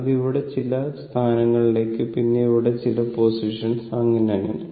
അത് ഇവിടെ ചില സ്ഥാനങ്ങളിലേക്ക് പിന്നെ ഇവിടെ ചില പൊസിഷൻസ് അങ്ങിനെ അങ്ങിനെ